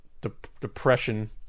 depression